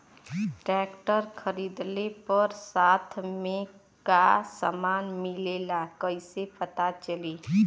Tractor खरीदले पर साथ में का समान मिलेला कईसे पता चली?